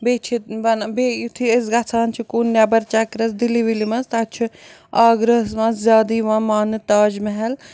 بیٚیہِ چھِ بَن بیٚیہِ یُتھٕے أسۍ گژھان چھِ کُن نٮ۪بَر چَکرَس دِلہِ وِلہِ منٛز تَتہِ چھُ آگٕراہَس منٛز زیادٕ یِوان مانٛنہٕ تاج محل